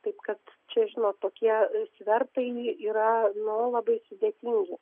taip kad čia žinot tokie svertai yra nu labai sudėtingi